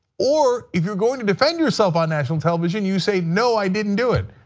or if you are going to defend yourself on national television you say no, i didn't do it.